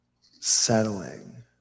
settling